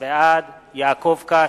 בעד יעקב כץ,